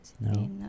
no